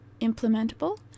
implementable